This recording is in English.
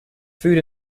food